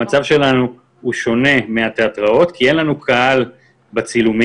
המצב שלנו שונה מהתיאטראות כי אין לנו קהל בצילומים,